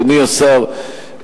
אדוני השר,